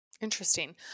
Interesting